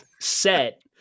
set